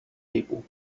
people